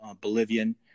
Bolivian